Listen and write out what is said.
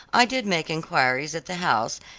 i did make enquiries at the house,